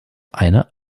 eine